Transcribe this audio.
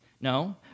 No